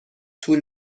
طول